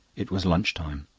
it was lunch-time.